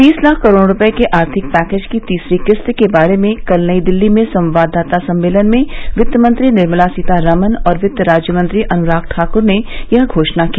बीस लाख करोड़ रूपये के आर्थिक पैकेज की तीसरी किस्त के बारे में कल नई दिल्ली में संवाददाता सम्मेलन में वित्तमंत्री निर्मला सीतारामन और वित्त राज्यमंत्री अनुराग ठाकूर ने यह घोषणा की